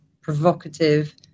provocative